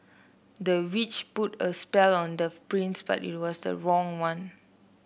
the witch put a spell on the prince but it was the wrong one